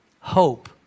hope